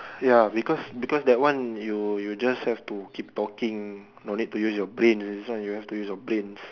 ya because because that one you you just have to keep talking no need to use your brain this one you have to use your brains